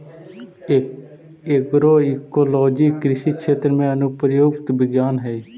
agroecology कृषि क्षेत्र में अनुप्रयुक्त विज्ञान हइ